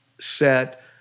set